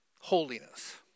Holiness